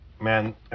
man